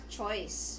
choice